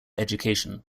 education